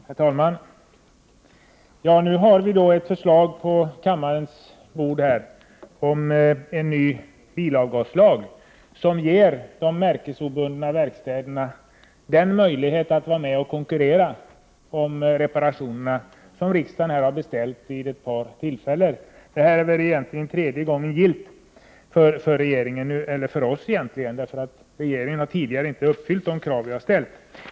Herr talman! Nu har vi ett förslag på kammarens bord om en ny bilavgaslag, som ger de märkesobundna verkstäderna den möjlighet att vara med och konkurrera om reparationerna som riksdagen har beställt vid ett par tillfällen. Nu är det egentligen tredje gången gillt för oss, för regeringen har tidigare inte uppfyllt de krav som vi har ställt.